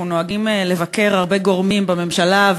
אנחנו נוהגים לבקר הרבה גורמים בממשלה,